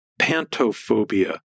pantophobia